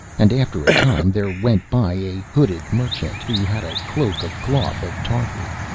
and after a time there went by a hooded merchant who had a cloak of cloth of tartary,